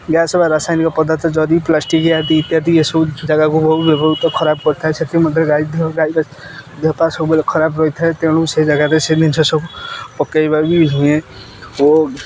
gas ବା ରାସାୟନିକ ପଦାର୍ଥ ଯଦି ପ୍ଲାଷ୍ଟିକ ଇଆଦି ଇତ୍ୟାଦି ଏସବୁ ଜାଗାକୁ ବହୁ ବ୍ୟବହୃତ ଖରାପ କରିଥାଏ ସେଥିମଧ୍ୟରୁ ଗାଈ ଗାଈ ଦେହପା ସବୁବେଳେ ଖରାପ ରହିଥାଏ ତେଣୁ ସେ ଜାଗାରେ ସେ ଜିନିଷ ସବୁ ପକେଇବା ବି ନୁହେଁ ଓ